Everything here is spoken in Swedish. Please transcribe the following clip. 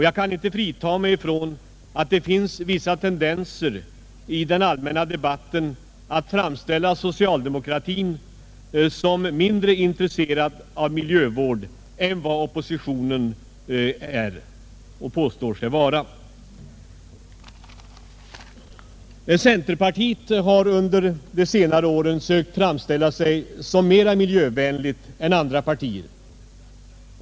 Jag kan inte frita mig från tanken att det finns vissa tendenser i den allmänna debatten att framställa socialdemokratin som mindre intresserad av miljövård än vad oppositionen påstår sig vara. Centerpartiet har under de senare åren sökt framställa sig som mera miljövänligt än andra partier.